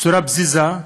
בצורה פזיזה,